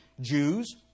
Jews